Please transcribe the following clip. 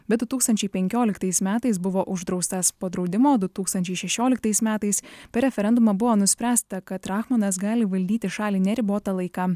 bet du tūkstančiai penkioliktais metais buvo uždraustas po draudimo du tūkstančiai šešioliktais metais per referendumą buvo nuspręsta kad rachmanas gali valdyti šalį neribotą laiką